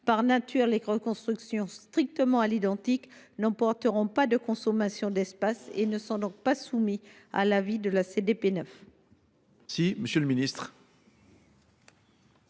Par nature, les reconstructions strictement à l’identique n’impliquent aucune consommation d’espace et ne sont donc pas soumises à l’avis de la CDPENAF.